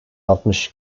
altmış